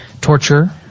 Torture